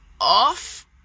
off